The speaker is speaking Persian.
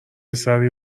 سری